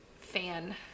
fan